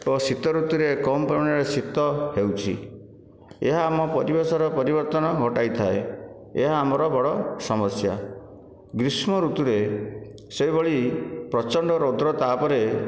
ଓ ଶୀତ ଋତୁରେ କମ ପରିମାଣରେ ଶୀତ ହେଉଛି ଏହା ଆମ ପରିବେଶର ପରିବର୍ତ୍ତନ ଘଟାଇ ଥାଏ ଏହା ଆମର ବଡ଼ ସମସ୍ୟା ଗ୍ରୀଷ୍ମ ଋତୁରେ ସେହିଭଳି ପ୍ରଚଣ୍ଡ ରୌଦ୍ର ତା'ପରେ